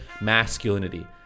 masculinity